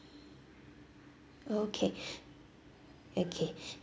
okay okay